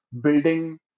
building